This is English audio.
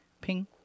ping